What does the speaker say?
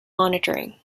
monitoring